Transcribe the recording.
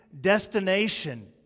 destination